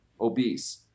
obese